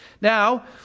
Now